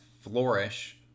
Flourish